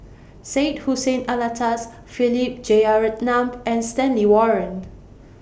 Syed Hussein Alatas Philip Jeyaretnam and Stanley Warren